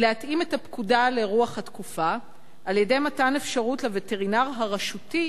היא להתאים את הפקודה לרוח התקופה על-ידי מתן אפשרות לווטרינר הרשותי